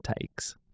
takes